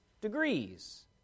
degrees